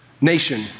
nation